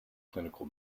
clinical